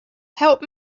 help